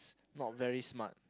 not very smart